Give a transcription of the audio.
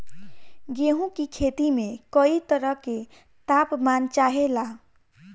गेहू की खेती में कयी तरह के ताप मान चाहे ला